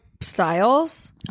styles